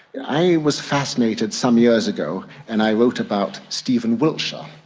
i was fascinated some years ago and i wrote about stephen wiltshire,